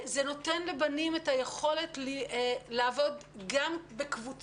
זה נותן לבנים את היכולת גם לעבוד בקבוצה